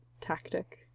tactic